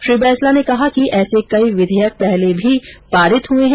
श्री बैंसला ने कहा कि ऐसे कई विधेयक पहले भी पारित हुए हैं